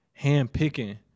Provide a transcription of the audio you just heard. handpicking